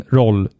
roll